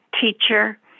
teacher